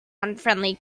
unfriendly